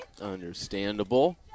Understandable